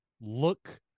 look